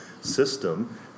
system